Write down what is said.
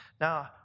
Now